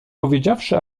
powiedziawszy